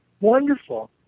Wonderful